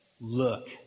Look